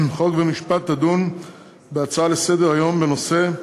חוק ומשפט תדון בהצעות לסדר-היום בנושא: